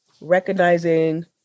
recognizing